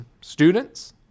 students